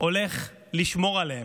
הולך לשמור עליהם?